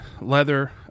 Leather